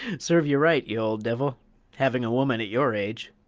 serve ye right, ye old divil havin' a woman at your age!